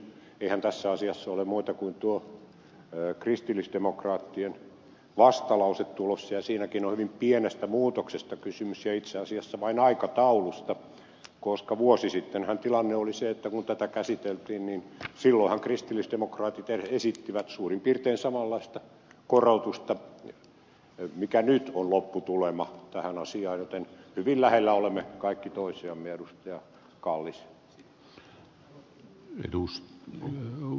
eihän tässä asiassa ole muuta kuin tuo kristillisdemokraattien vastalause tulossa ja siinäkin on hyvin pienestä muutoksesta kysymys itse asiassa vain aikataulusta koska vuosi sittenhän tilanne oli se että kun tätä käsiteltiin niin silloinhan kristillisdemokraatit esittivät suurin piirtein samanlaista korotusta mikä nyt on lopputulema tähän asiaan joten hyvin lähellä olemme kaikki toisiamme ed